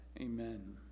amen